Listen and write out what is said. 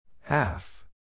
Half